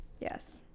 yes